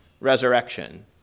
resurrection